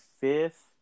fifth